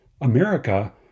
America